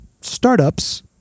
startups